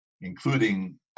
including